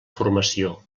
formació